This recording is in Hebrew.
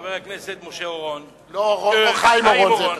חבר הכנסת משה אורון, חיים אורון.